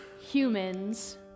humans